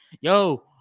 Yo